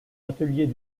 atelier